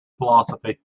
philosophy